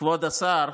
כבוד השר,